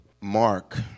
Mark